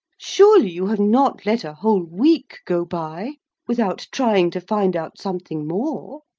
surely you have not let a whole week go by without trying to find out something more?